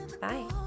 bye